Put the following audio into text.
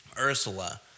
Ursula